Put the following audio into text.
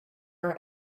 our